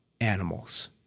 animals